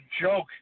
joke